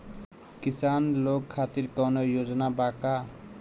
किसान लोग खातिर कौनों योजना बा का?